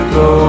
go